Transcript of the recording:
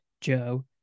Joe